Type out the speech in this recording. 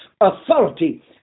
authority